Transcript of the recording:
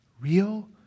real